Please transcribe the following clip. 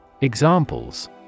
Examples